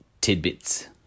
tidbits